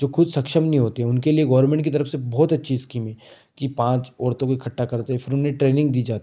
जो ख़ुद सक्षम नहीं होते उनके लिए गोरमेंट की तरफ से बहुत अच्छी स्कीम है कि पाँच औरतों के इकट्ठा करते फिर उन्हें ट्रेनिंग दी जाती है